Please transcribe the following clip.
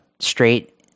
straight